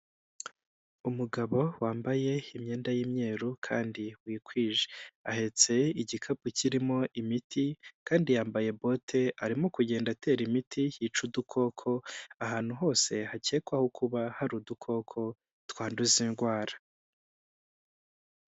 Umugabo wambaye imyenda y'imyeru kandi wikwije. Ahetse igikapu kirimo imiti kandi yambaye bote, arimo kugenda atera imiti yica udukoko ahantu hose hakekwaho kuba hari udukoko twanduza indwara.